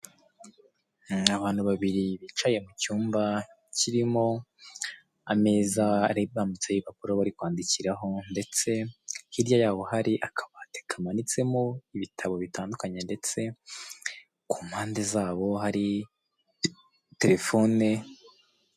Ni abantu babiri bicaye mu cyumba kirimo ameza arambitseho ibipapuro bari kwandikiraho, ndetse hirya yaho hari akabati kamanitsemo ibitabo bitanduknye ndetse ku mpande zabo hari terefone.